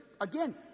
again